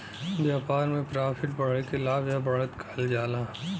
व्यापार में प्रॉफिट बढ़े के लाभ या बढ़त कहल जाला